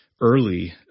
early